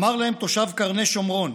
אמר להם תושב קרני שומרון,